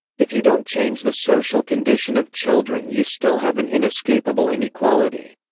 if you don't change the social condition of children you still have an inescapable inequality.